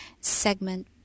segment